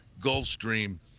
Gulfstream